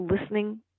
listening